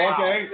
Okay